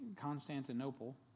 Constantinople